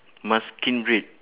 munchkin breed